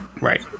right